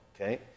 Okay